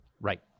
Right